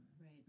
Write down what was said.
Right